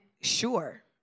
sure